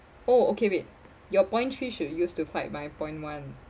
oh okay wait your point three should use to fight my point one